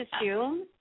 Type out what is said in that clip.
assume